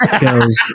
goes